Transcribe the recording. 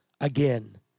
Again